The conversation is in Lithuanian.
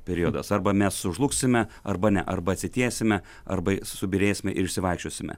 periodas arba mes sužlugsime arba ne arba atsitiesime arba subyrėsime ir išsivaikščiosime